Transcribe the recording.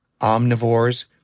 omnivores